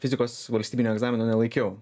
fizikos valstybinio egzamino nelaikiau